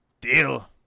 deal